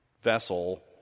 vessel